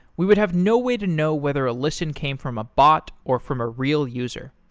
we would have no way to know whether a listen came from a bot, or from a real user.